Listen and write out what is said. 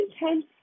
intense